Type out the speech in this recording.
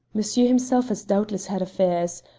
monsieur himself has doubtless had affairs.